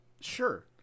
Sure